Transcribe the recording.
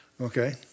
Okay